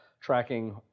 tracking